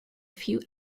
few